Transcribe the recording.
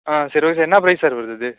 ஆ சரி ஓகே என்ன ப்ரைஸ் வருது இது